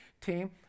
team